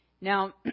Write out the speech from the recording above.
Now